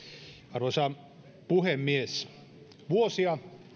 arvoisa puhemies vuosia